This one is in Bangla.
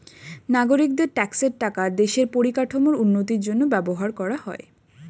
নাগরিকদের ট্যাক্সের টাকা দেশের পরিকাঠামোর উন্নতির জন্য ব্যবহার করা হয়